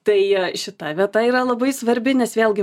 tai šita vieta yra labai svarbi nes vėlgi